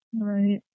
Right